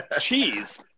cheese